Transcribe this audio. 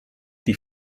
die